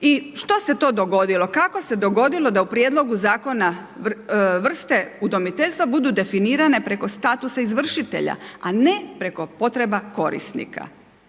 I što se to dogodilo? Kako se dogodilo da u Prijedlogu zakona vrste udomiteljstva budu definirane preko statusa izvršitelja, a ne preko potreba korisnika?